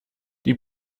die